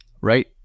Right